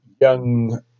young